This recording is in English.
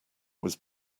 was